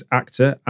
actor